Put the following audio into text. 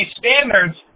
standards